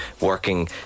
working